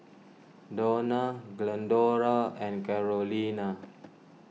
Dawna Glendora and Carolina